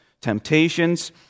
temptations